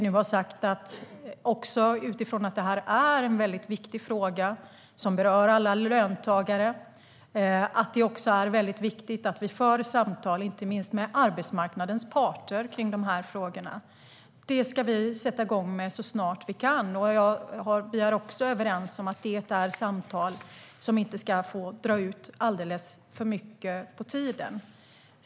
Det gör vi utifrån att det är en viktig fråga som berör alla löntagare och att det är viktigt att vi för samtal, inte minst med arbetsmarknadens parter, om dessa frågor. Det ska vi sätta igång med så snart vi kan. Vi är överens om att samtalen inte får dra ut alltför mycket på tiden.